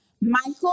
Michael